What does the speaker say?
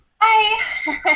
Hi